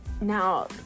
now